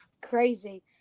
crazy